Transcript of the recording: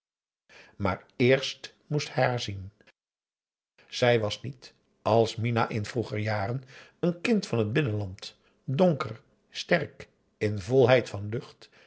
maar eerst moest hij haar zien zij was niet als minah in vroeger jaren een kind van het binnenland donker sterk in volheid van lucht